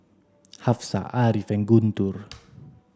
Hafsa Ariff Guntur